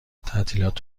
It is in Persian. تعطیلات